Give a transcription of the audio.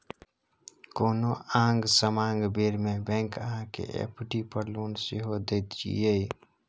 कोनो आंग समांग बेर मे बैंक अहाँ केँ एफ.डी पर लोन सेहो दैत यै